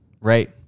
right